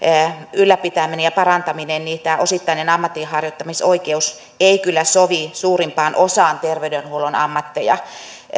ylläpitäminen ja parantaminen niin tämä osittainen ammatinharjoittamisoikeus ei kyllä sovi suurimpaan osaan terveydenhuollon ammatteja